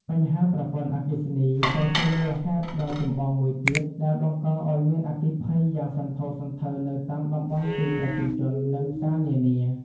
បញ្ហាប្រព័ន្ធអគ្គិសនីក៏ជាមូលហេតុដ៏ចម្បងមួយទៀត ដែលបង្កឱ្យមានអគ្គីភ័យយ៉ាងសន្ធោសន្ធៅនៅតាមតំបន់ទីប្រជុំជន និងផ្សារនានា។